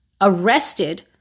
arrested